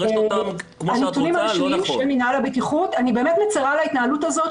אני באמת מצרה על ההתנהלות הזאת,